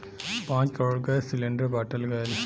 पाँच crore gas cylinder बाँटल गएल